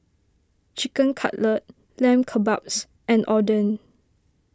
Chicken Cutlet Lamb Kebabs and Oden